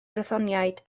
brythoniaid